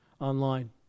online